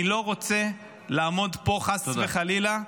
אני לא רוצה לעמוד פה, חס וחלילה -- תודה.